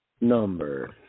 number